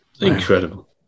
incredible